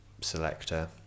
selector